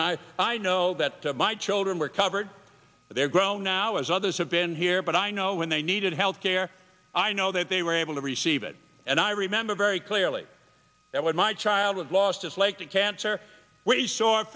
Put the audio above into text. when i i know that my children were covered but they're grown now as others have been here but i know when they needed health care i know that they were able to receive it and i remember very clearly that when my child was lost it's like a cancer